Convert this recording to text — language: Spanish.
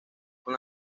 con